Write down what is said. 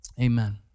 Amen